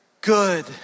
good